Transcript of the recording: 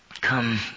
come